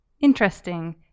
Interesting